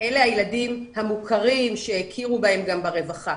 אלה הילדים המוכרים שהכירו בהם גם ברווחה.